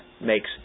makes